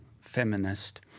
feminist